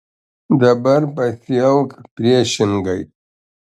dabar pasielk priešingai